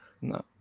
No